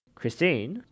Christine